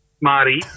Marty